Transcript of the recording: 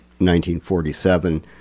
1947